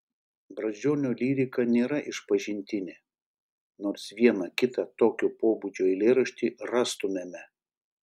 brazdžionio lyrika nėra išpažintinė nors vieną kitą tokio pobūdžio eilėraštį rastumėme